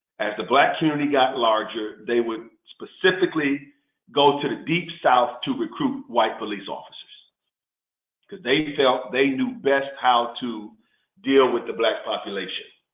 as the black community got larger, they would specifically go to the deep south to recruit white police officers because they felt they knew best how to deal with the black population.